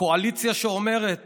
קואליציה שאומרת